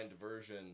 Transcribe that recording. version